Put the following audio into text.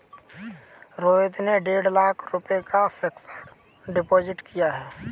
रोहित ने डेढ़ लाख रुपए का फ़िक्स्ड डिपॉज़िट किया